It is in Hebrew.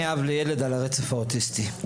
אני אב לילד על הרצף האוטיסטי.